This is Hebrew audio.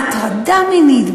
הטרדה מינית,